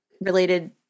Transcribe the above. related